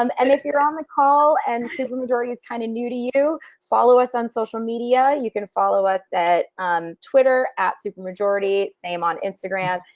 um and if you're on the call and supermajority is kind of new to you, follow us on social media! you can follow us at um twitter supermajority, same on instagram,